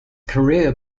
career